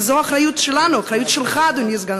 וזו האחריות שלנו, האחריות שלך, אדוני סגן